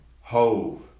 Hove